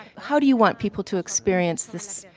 how do you want people to experience this?